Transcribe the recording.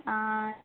ஆ